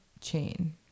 chain